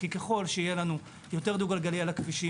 כי ככל שיהיו לנו יותר דו גלגלי על הכבישים,